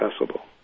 accessible